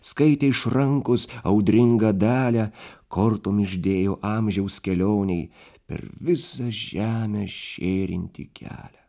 skaitė iš rankos audringą dalią kortom išdėjo amžiaus kelionei per visą žemę šėrintį kelią